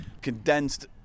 condensed